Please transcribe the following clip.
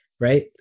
right